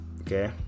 okay